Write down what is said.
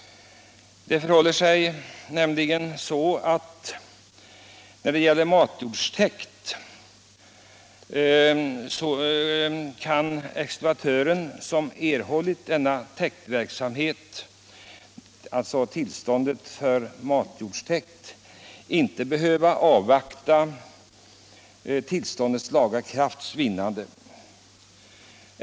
Det förhåller sig nämligen så att den som erhållit tillstånd för matjordstäkt inte behöver avvakta tillståndets lagakraftvinnande.